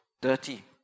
dirty